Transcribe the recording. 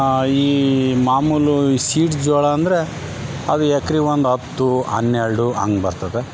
ಈ ಮಾಮುಲು ಸೀಡ್ಸ್ ಜೋಳ ಅಂದರೆ ಅದು ಎಕ್ರಿಗೆ ಒಂದು ಹತ್ತು ಹನ್ನೆರ್ಡು ಹಂಗ್ ಬರ್ತದೆ